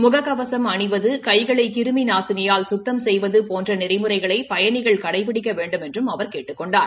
முக கவசம் அணிவது கைகளை கிருமி நாசினியால் சுத்தம் செய்வது போன்ற நெறிமுறைகளை பயணிகள் கடைபிடிக்க வேண்டுமென்றும் அவர் கேட்டுக் கொண்டார்